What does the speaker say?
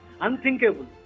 unthinkable